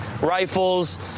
rifles